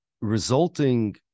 resulting